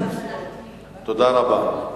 תודה רבה.